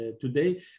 today